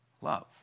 love